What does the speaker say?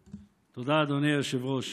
תודה, אדוני היושב-ראש.